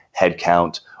headcount